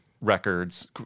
records